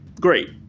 Great